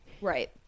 right